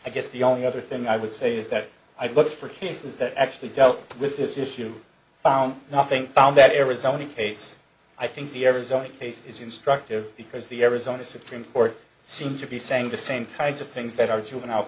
i guess the only other thing i would say is that i looked for cases that actually dealt with this issue found nothing found that arizona case i think the arizona case is instructive because the arizona supreme court seemed to be saying the same kinds of things that our juvenile